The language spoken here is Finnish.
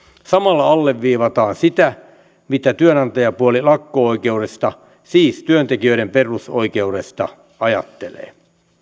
samalla alleviivataan sitä mitä työnantajapuoli lakko oikeudesta siis työntekijöiden perusoikeudesta ajattelee